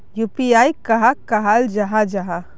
UPI कहाक कहाल जाहा जाहा?